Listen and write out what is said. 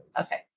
Okay